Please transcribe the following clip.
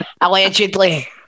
Allegedly